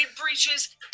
breaches